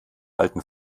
alten